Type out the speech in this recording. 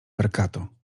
perkato